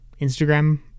Instagram